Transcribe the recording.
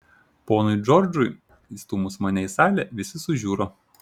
ponui džordžui įstūmus mane į salę visi sužiuro